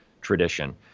tradition